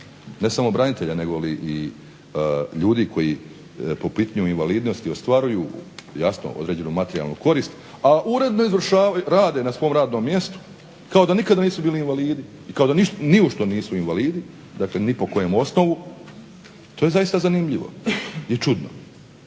ne samo branitelja nego i ljudi koji po pitanju invalidnosti ostvaruju jasno određenu materijalnu korist, a uredno rade na svom radnom mjestu kao da nikad nisu bili invalidi, kao da ni u što nisu invalidi, dakle ni po kojem osnovu. To je zaista zanimljivo i čudno.